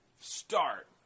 start